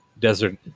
desert